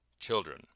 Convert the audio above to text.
children